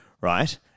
Right